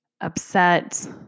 upset